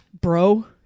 bro